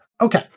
Okay